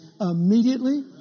immediately